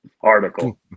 article